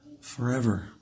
forever